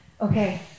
Okay